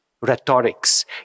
rhetorics